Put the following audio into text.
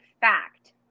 fact